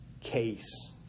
case